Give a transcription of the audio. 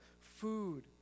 food